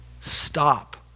stop